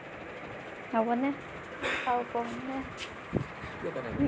হ'বনে আৰু ক'মনে